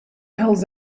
hells